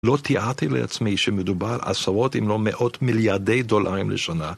לא תיארתי לעצמי שמדובר עשרות אם לא מאות מיליאדי דולרים לשנה